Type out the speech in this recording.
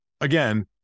again